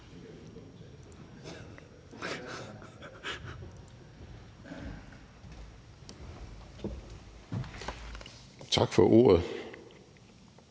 Tak for ordet.